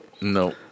No